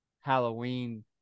Halloween